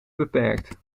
beperkt